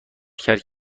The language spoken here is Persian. کرد